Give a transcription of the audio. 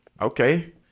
Okay